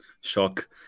shock